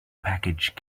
package